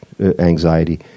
anxiety